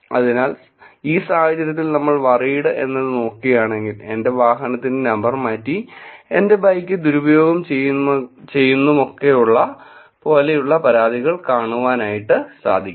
അതിനാൽ ഈ സാഹചര്യത്തിൽനമ്മൾ വറീഡ് എന്നത് നോക്കുകയാണെങ്കിൽ എൻറെ വാഹനത്തിൻറെ നമ്പർ മാറ്റി എൻറെ ബൈക്ക് ദുരുപയോഗം ചെയ്യുമെന്നുമൊക്കെ പോലെയുള്ള പരാതികൾ കാണുവാൻ ആയിട്ട് സാധിക്കും